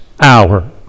hour